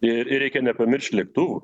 ir ir reikia nepamiršt lėktuvų